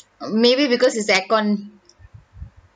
err maybe because it's the aircon